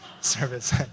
service